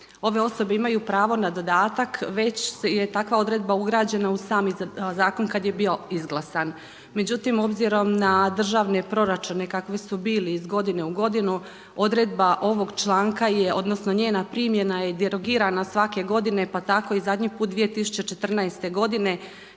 ove osobe imaju pravo na dodatak. Već je takva odredba ugrađena u sami zakon kad je bio izglasan. Međutim, obzirom na državni proračune kakvi su bili iz godine u godinu, odredba ovog članka je odnosno njena primjena je derogirana svake godine pa tako i zadnji put 2014. godine